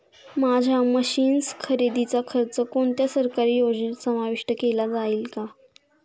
माझ्या मशीन्स खरेदीचा खर्च कोणत्या सरकारी योजनेत समाविष्ट केला जाईल का?